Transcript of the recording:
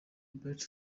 bright